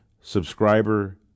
subscriber